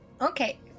Okay